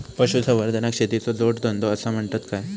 पशुसंवर्धनाक शेतीचो जोडधंदो आसा म्हणतत काय?